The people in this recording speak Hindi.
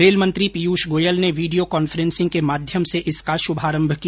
रेल मंत्री पीयूष गोयल ने वीडियो कांफेसिंग के माध्यम से इसका श्मारम किया